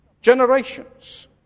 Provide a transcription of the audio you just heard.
generations